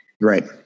Right